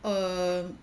err